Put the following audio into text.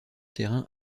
thérain